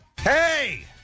Hey